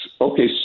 okay